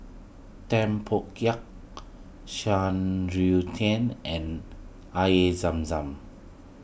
Tempoyak Shan Rui Tang and Air Zam Zam